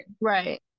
right